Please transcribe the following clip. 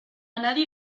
nadie